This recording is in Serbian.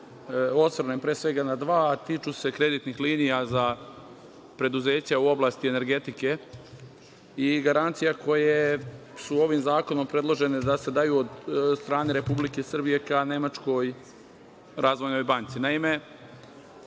osvrnem, pre svega na dva, a tiču se kreditnih linija za preduzeća u oblasti energetike i garancije koje su ovim zakonom predložene da se daju od strane Republike Srbije ka Nemačkoj Razvojnoj banci. Naime,